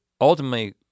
ultimately